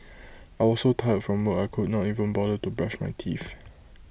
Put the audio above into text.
I was so tired from work I could not even bother to brush my teeth